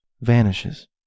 vanishes